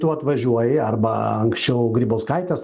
tu atvažiuoji arba anksčiau grybauskaitės